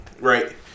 Right